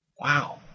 Wow